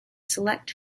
select